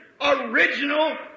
original